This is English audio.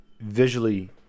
visually